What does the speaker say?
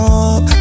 up